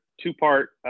two-part